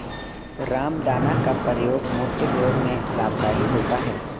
रामदाना का प्रयोग मूत्र रोग में लाभकारी होता है